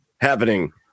happening